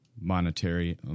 monetary